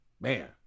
Man